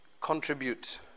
contribute